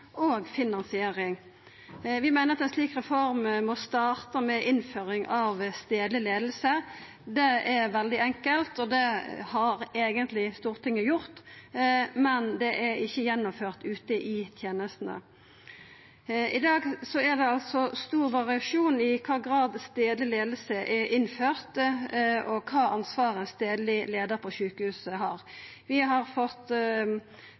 og finansiering. Vi meiner at ei slik reform må starta med innføring av stadleg leiing. Det er veldig enkelt, og det har eigentleg Stortinget gjort, men det er ikkje gjennomført ute i tenestene. I dag er det stor variasjon med omsyn til i kva grad stadleg leiing er innført, og kva ansvar ein stadleg leiar på sjukehuset har. Vi har fått